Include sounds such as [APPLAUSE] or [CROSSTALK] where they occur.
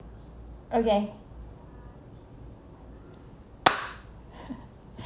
okay [NOISE] [LAUGHS]